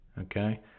Okay